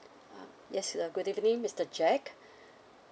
yes uh good evening mister jack